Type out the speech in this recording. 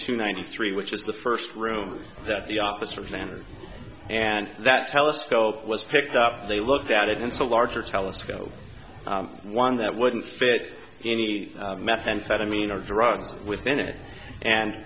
two ninety three which is the first room that the officers entered and that telescope was picked up they looked at it and saw a larger telescope one that wouldn't fit any methamphetamine or drugs within it and